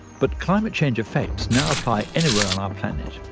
but climate change effects now apply anywhere on our planet,